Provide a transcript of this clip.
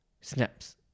snaps